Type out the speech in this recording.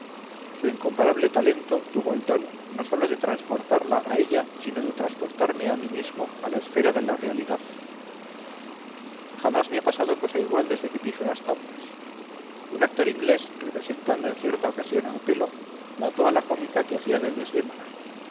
su incomparable talento tuvo el don no sólo de transportarla a ella sino de transportarme a mí mismo a la esfera de la realidad jamás me ha pasado cosa igual desde que piso las tablas un actor inglés representando en cierta ocasión a otelo mató a la cómica que hacía de desdémona